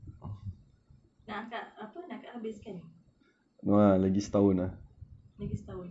nak kat apa nak dekat nak habis kan lagi setahun